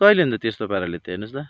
कहिले अन्त त्यस्तो पाराले त हेर्नुहोस् त